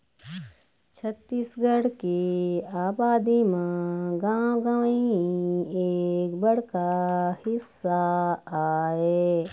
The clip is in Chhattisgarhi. छत्तीसगढ़ के अबादी म गाँव गंवई एक बड़का हिस्सा आय